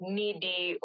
needy